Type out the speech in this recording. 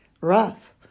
rough